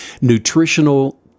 nutritional